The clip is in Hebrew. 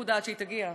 נקודה עד שתגיע השרה,